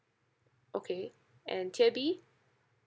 okay and tier B